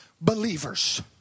believers